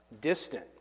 distant